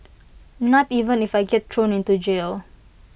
not even if I get thrown into jail